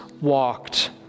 walked